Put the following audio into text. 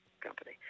company